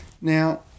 Now